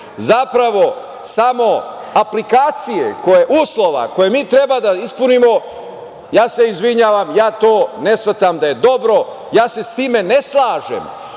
zapravo samo aplikacije uslova koje mi treba da ispunimo ja se izvinjavam, ja to ne shvatam da je dobro. Sa time se ne slažem,